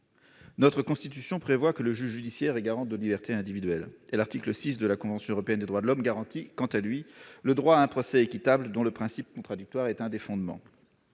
Notre Constitution prévoit que le juge judiciaire est garant de nos libertés individuelles. L'article 6 de la convention européenne des droits de l'homme garantit, quant à lui, le droit à un procès équitable, dont le principe du contradictoire est un des fondements.